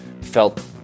felt